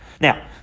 Now